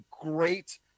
great